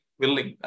willing